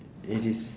it is